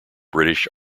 british